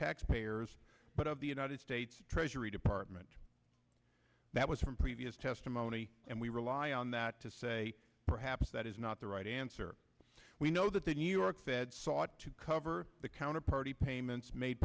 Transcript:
taxpayers but of the united states treasury department that was from previous testimony and we rely on that to say perhaps that is not the right answer we know that the new york fed sought to cover the counterparty payments made